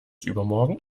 übermorgen